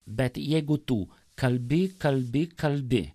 bet jeigu tu kalbi kalbi kalbi